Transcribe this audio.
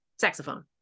Saxophone